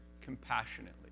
compassionately